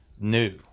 new